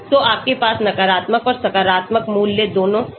तो आपके पास नकारात्मक और सकारात्मक मूल्य दोनों हो सकते हैं